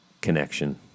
connection